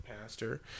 pastor